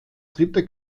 dritte